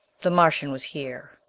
the martian was here,